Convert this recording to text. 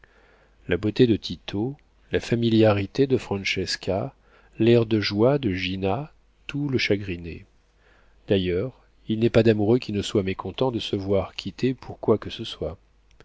la beauté de tito la familiarité de francesca l'air de joie de gina tout le chagrinait d'ailleurs il n'est pas d'amoureux qui ne soit mécontent de se voir quitter pour quoi que ce soit